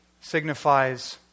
signifies